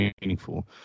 meaningful